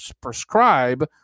prescribe